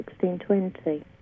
1620